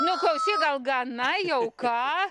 nu klausyk gal gana jau ką